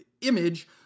image